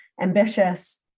ambitious